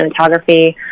cinematography